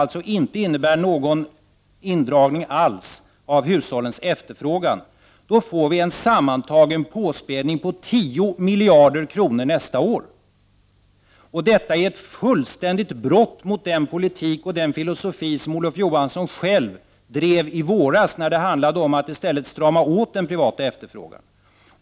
Alltså innebär det inte någon indragning alls av hushållens efterfrågan. Då får vi en sammantagen påspädning på 10 miljader kronor nästa år. Detta är ett fullständigt brott mot den politik och den filosofi som Olof Johansson själv drev i våras. Det handlade i stället om att strama åt den privata efterfrågan.